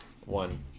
One